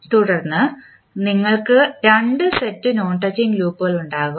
തുടർന്ന് നിങ്ങൾക്ക് രണ്ട് സെറ്റ് നോൺ ടച്ചിംഗ് ലൂപ്പുകൾ ഉണ്ടാകും